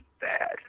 bad